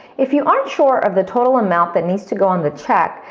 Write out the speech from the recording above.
if you aren't sure of the total amount that needs to go on the check,